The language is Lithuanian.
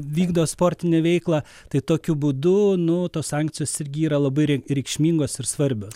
vykdo sportinę veiklą tai tokiu būdu nuo tos sankcijos irgi yra labai reikšmingos ir svarbios